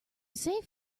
save